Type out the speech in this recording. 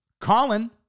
Colin